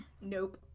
nope